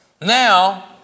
now